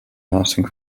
lasting